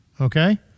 Okay